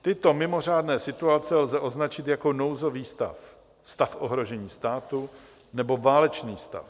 Tyto mimořádné situace lze označit jako nouzový stav, stav ohrožení státu nebo válečný stav.